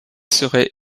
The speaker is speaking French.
serait